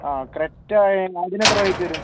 ആ ക്രെറ്റ അയി അതിനെത്ര റേറ്റ് വരും